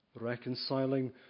Reconciling